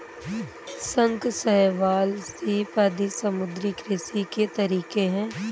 शंख, शैवाल, सीप आदि समुद्री कृषि के तरीके है